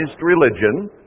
religion